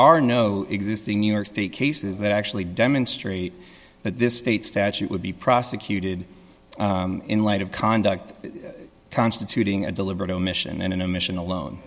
are no existing new york city cases that actually demonstrate that this state statute would be prosecuted in light of conduct constituting a deliberate omission and in a mission alone